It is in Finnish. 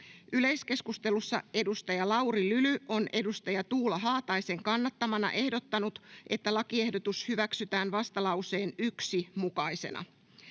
Yleiskeskustelussa edustaja Lauri Lyly on edustaja Tuula Haataisen kannattamana ehdottanut, että lakiehdotukset hyväksytään vastalauseen 1 mukaisina.